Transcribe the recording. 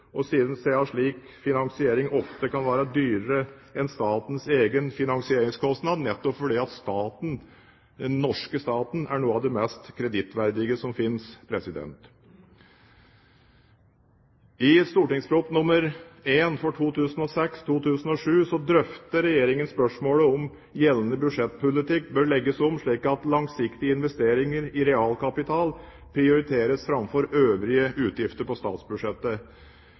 siden slik finansiering ofte kan være dyrere enn statens egen finansieringskostnad, nettopp fordi den norske staten er noe av det mest kredittverdige som fins. I St.prp. nr. 1 for 2006–2007 drøftet Regjeringen spørsmålet om hvorvidt gjeldende budsjettpolitikk bør legges om slik at langsiktige investeringer i realkapital prioriteres framfor øvrige utgifter på statsbudsjettet.